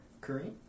Kareem